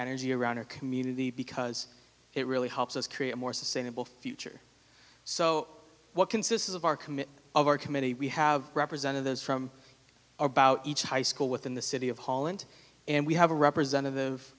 energy around our community because it really helps us create a more sustainable future so what consists of our commitment of our committee we have representatives from about each high school within the city of holland and we have a representative